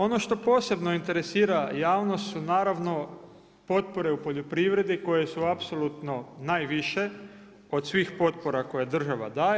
Ono što posebno interesira javnost su naravno potpore u poljoprivredi koje su apsolutno najviše od svih potpora koje država daje.